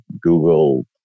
Google